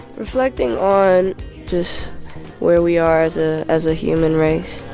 reflecting on just where we are as ah as a human race